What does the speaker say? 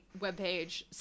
webpage